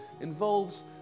involves